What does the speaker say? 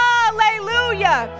Hallelujah